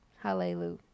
Hallelujah